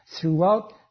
throughout